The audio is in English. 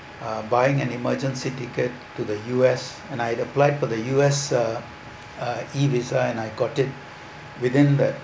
uh buying an emergency ticket to the U_S and I applied for the U_S uh uh e-visa and I got it within the